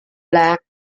black